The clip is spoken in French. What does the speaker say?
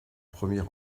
premier